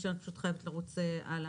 אני פשוט חייבת לרוץ הלאה.